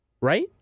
right